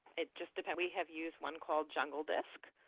it just depends. we have used one called jungle disk.